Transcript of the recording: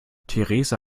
theresa